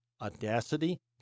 audacity